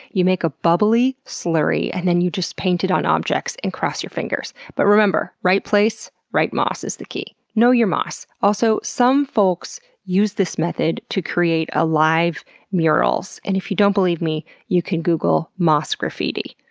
you make a bubbly slurry, and then you just paint it on objects, and cross your fingers. but remember right place, right moss is the key. know your moss. also, some folks use this method to create alive murals, and if you don't believe me, you can google moss graffiti.